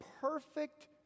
perfect